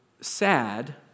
sad